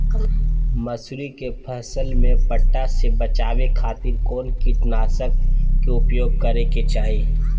मसूरी के फसल में पट्टा से बचावे खातिर कौन कीटनाशक के उपयोग करे के चाही?